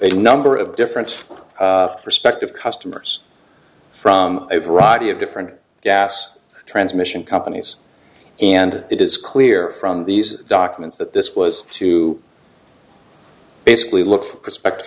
prepaid number of different perspective customers from a variety of different gas transmission companies and it is clear from these documents that this was to basically look for prospective